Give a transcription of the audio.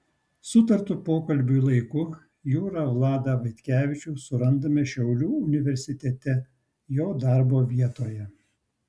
sutartu pokalbiui laiku jūrą vladą vaitkevičių surandame šiaulių universitete jo darbo vietoje